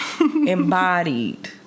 embodied